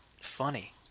funny